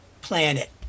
planet